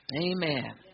Amen